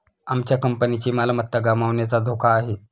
आमच्या कंपनीची मालमत्ता गमावण्याचा धोका आहे